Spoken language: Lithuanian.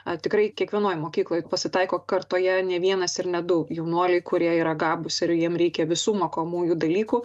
a tikrai kiekvienoj mokykloj pasitaiko kartoje ne vienas ir ne du jaunuolių kurie yra gabūs ir jiem reikia visų mokomųjų dalykų